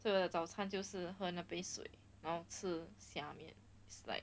所以我早餐就是喝那杯水然后吃虾面 it's like